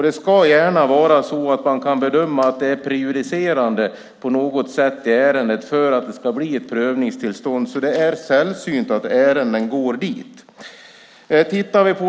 Det ska gärna vara så att man kan bedöma att ärendet på något sätt är prejudicerande för att det ska bli ett prövningstillstånd. Det är alltså sällsynt att ärenden går till kammarrätten.